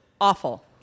awful